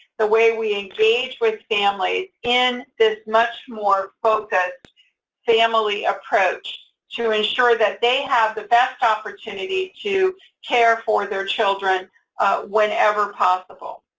the way we engage with families in this much more focused family approach to insure that they have the best opportunity to care for their children whenever possible?